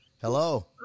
Hello